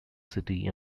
city